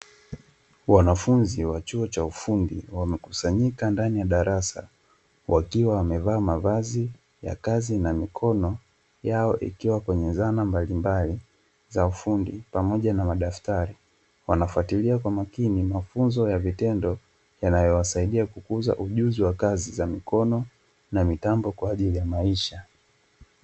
Wanafunzi wa chuo cha ufundi wamekusanyika ndani ya darasa wakiwa wamevaa mavazi ya kazi na mikono yao ikiwa kwenye zana mbalimbali za ufundi pamoja na madaftari. Wanafuatilia kwa makini mafunzo ya vitendo yanayowasaidia kukuza ujuzi wa kazi za mikono na mitambo kwa ajili ya maisha.